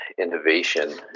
innovation